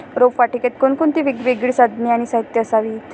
रोपवाटिकेत कोणती वेगवेगळी साधने आणि साहित्य असावीत?